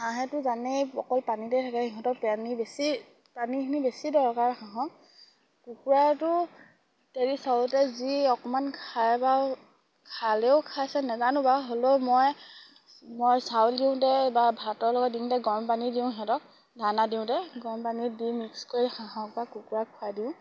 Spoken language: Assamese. হাঁহেতো জানেই অকল পানীতে থাকে সিহঁতক পেনি বেছি পানীখিনি বেছি দৰকাৰ হাঁহক কুকুৰাটো তেনে চাউলতে যি অকমান খাই বা খালেও খাইছে নেজানো বা হ'লেও মই মই চাউল দিওঁতে বা ভাতৰ লগত দিওঁতে গৰম পানী দিওঁ সিহঁতক দানা দিওঁতে গৰম পানীত দি মিক্স কৰি হাঁহক বা কুকুৰাক খুৱাই দিওঁ